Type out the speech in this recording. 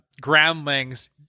groundlings